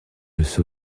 devant